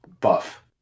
buff